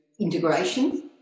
integration